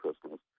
Christmas